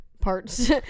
parts